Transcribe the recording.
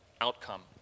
outcome